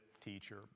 teacher